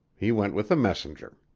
he went with the messenger.